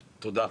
תודה.